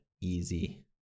easy